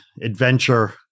adventure